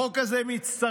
החוק הזה מצטרף